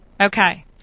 Okay